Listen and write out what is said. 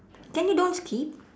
can you don't skip